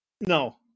No